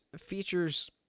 features